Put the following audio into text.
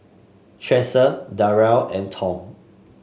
Tressa Darell and Tom